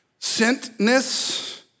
sentness